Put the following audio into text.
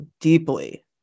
deeply